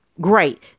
Great